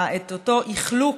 את אותו אחלוק,